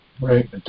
Right